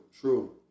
true